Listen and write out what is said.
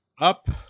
up